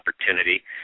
opportunity